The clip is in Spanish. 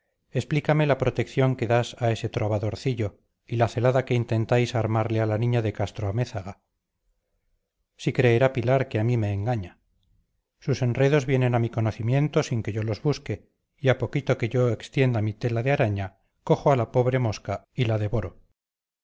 explícame la protección que das a ese trovadorcillo y la celada que intentáis armarle a la niña de castro-amézaga si creerá pilar que a mí me engaña sus enredos vienen a mi conocimiento sin que yo los busque y a poquito que yo extienda mi tela de araña cojo a la pobre mosca y la devoro